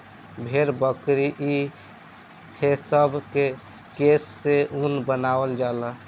भेड़, बकरी ई हे सब के केश से ऊन बनावल जाला